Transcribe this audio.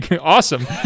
Awesome